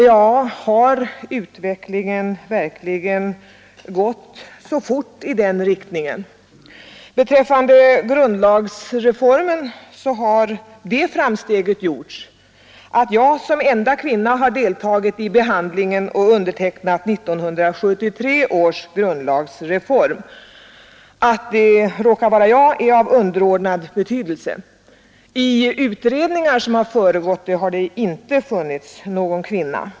Ja, har utvecklingen gått så snabbt i den riktningen? Beträffande grundlagsreformen har det framsteget gjorts i jämförelse med 1809, att jag som enda kvinna har deltagit i behandlingen och undertecknat 1973 års grundlagsreform. Att det råkar vara just jag är av underordnad betydelse. I utredningar som har föregått denna reform har det inte funnits någon kvinna.